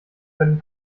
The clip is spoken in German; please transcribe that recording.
können